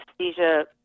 anesthesia